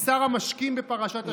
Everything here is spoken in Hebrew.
משר המשקים בפרשת השבוע.